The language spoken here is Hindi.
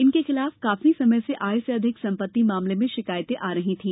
इनके खिलाफ काफी समय से आय से अधिक संपत्ति मामले में शिकायतें आ रही थी